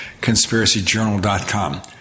conspiracyjournal.com